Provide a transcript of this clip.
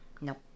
Nope